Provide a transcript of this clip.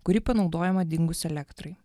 kuri panaudojama dingus elektrai